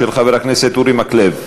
של חבר הכנסת אורי מקלב.